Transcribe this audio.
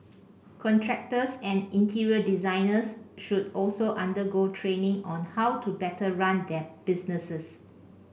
contractors and interior designers should also undergo training on how to better run their businesses